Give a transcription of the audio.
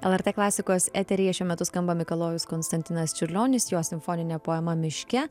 lrt klasikos eteryje šiuo metu skamba mikalojus konstantinas čiurlionis jo simfoninė poema miške